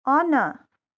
on